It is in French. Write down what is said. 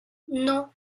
non